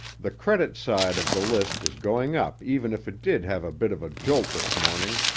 the credit side of the list is going up even if it did have a bit of a jolt this morning,